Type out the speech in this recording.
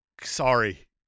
sorry